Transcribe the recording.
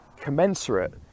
commensurate